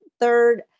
third